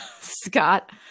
Scott